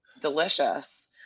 Delicious